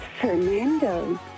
Fernando